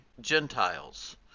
Gentiles